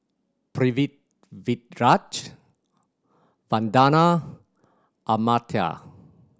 Pritiviraj Vandana Amartya